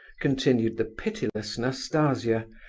continued the pitiless nastasia.